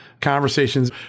conversations